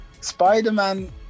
Spider-Man